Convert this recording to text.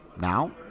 Now